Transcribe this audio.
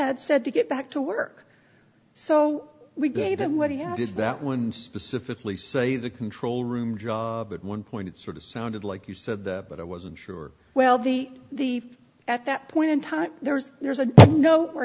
ad said to get back to work so we gave him what he had did that one specifically say the control room job at one point it sort of sounded like you said that but i wasn't sure well the the at that point in time there was there's a note where